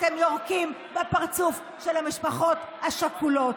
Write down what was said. אתם יורקים בפרצוף של המשפחות השכולות.